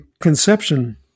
conception